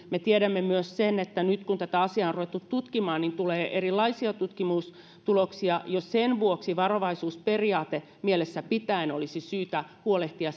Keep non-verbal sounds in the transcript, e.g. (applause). me tiedämme myös sen että nyt kun tätä asiaa on ruvettu tutkimaan niin tulee erilaisia tutkimustuloksia ja jo sen vuoksi varovaisuusperiaate mielessä pitäen olisi syytä huolehtia (unintelligible)